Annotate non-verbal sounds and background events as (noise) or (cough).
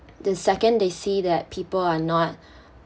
the second they see that people are not (breath)